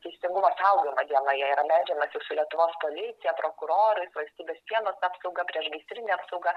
teisingumo saugojimo dieną jie yra leidžiamasi su lietuvos policija prokurorais valstybės sienos apsauga priešgaisrinė apsauga